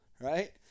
right